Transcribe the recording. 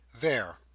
There